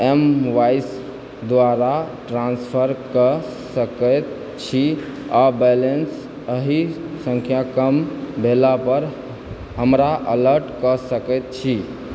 invoice द्वारा transfer कऽ सकैत छी आ बैलेंस एहिसँ कम भेलापर हमरा अलर्ट कऽ सकैत छी